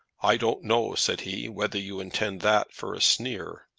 i don't know, said he, whether you intend that for a sneer.